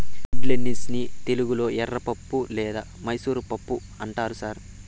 red lentils ని తెలుగులో ఎర్రపప్పు లేదా మైసూర్ పప్పు అంటారు సార్